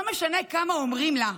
לא משנה כמה אומרים לה: